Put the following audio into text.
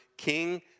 king